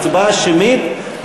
הצבעה שמית.